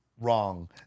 wrong